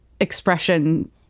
expression